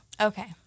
Okay